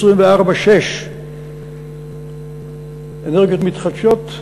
24/6. אנרגיות מתחדשות,